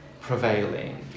prevailing